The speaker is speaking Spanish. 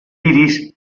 iris